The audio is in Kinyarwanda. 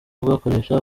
kugakoresha